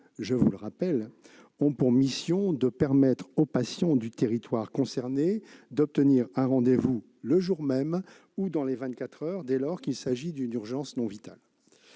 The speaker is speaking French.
je le rappelle, ont pour mission de permettre aux patients du territoire concerné d'obtenir un rendez-vous le jour même ou dans les vingt-quatre heures, dès lors qu'il s'agit d'une urgence non vitale.